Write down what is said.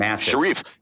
Sharif